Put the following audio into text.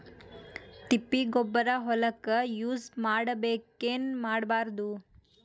ತಿಪ್ಪಿಗೊಬ್ಬರ ಹೊಲಕ ಯೂಸ್ ಮಾಡಬೇಕೆನ್ ಮಾಡಬಾರದು?